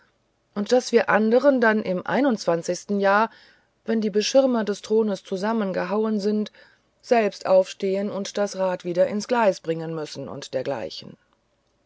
und daß wir anderen dann im einundzwanzigsten jahre wenn die beschirmer des thrones zusammengehauen sind selbst aufstehen und das rad wieder ins gleis bringen müssen und dergleichen